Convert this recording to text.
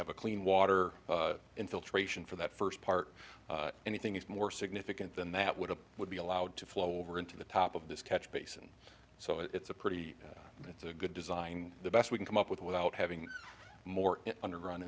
have a clean water infiltration for that first part anything is more significant than that would have would be allowed to flow over into the top of this catch basin so it's a pretty it's a good design the best we can come up with without having more underground